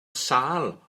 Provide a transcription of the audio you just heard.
sâl